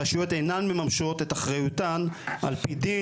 הרשויות אינן ממשות את אחריותן עפ"י דין.